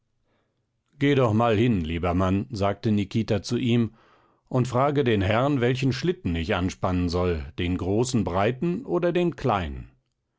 geh doch mal hin lieber mann sagte nikita zu ihm und frage den herrn welchen schlitten ich anspannen soll den großen breiten oder den kleinen